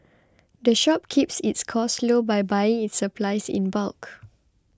the shop keeps its costs low by buying its supplies in bulk